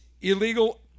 illegal